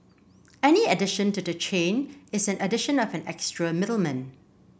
any addition to the chain is an addition of an extra middleman